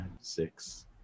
six